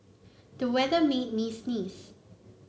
the weather made me sneeze